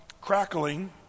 crackling